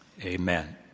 Amen